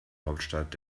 hauptstadt